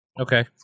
Okay